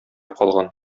калган